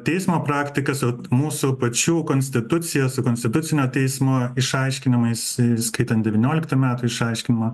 teismo praktika su mūsų pačių konstitucija su konstitucinio teismo išaiškinimais įskaitant devynioliktų metų išaiškinimą